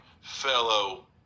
fellow